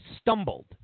stumbled